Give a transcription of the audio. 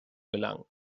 gelangen